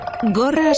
gorras